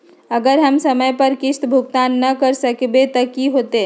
अगर हम समय पर किस्त भुकतान न कर सकवै त की होतै?